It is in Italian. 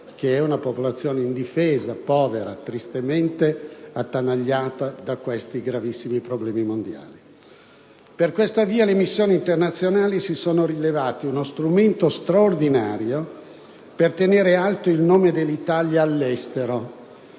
in genere indifesa, povera e tristemente attanagliata da questi gravissimi problemi mondiali. Per questa via le missioni internazionali si sono rivelate uno strumento straordinario per tenere alto il nome dell'Italia all'estero,